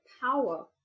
power